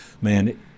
man